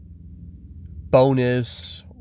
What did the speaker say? bonus